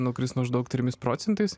nukris maždaug trimis procentais